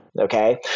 Okay